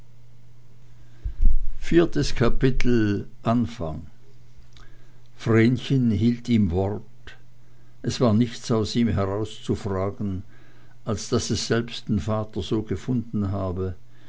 vrenchen hielt ihm wort es war nichts aus ihm herauszufragen als daß es selbst den vater so gefunden habe